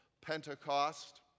Pentecost